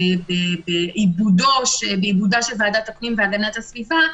בעידודה של ועדת הפנים והגנת הסביבה,